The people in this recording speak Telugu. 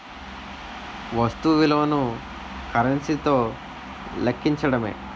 వస్తు విలువను కరెన్సీ తో లెక్కించడమే